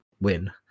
win